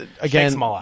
again